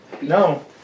No